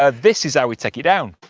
ah this is how we take it down.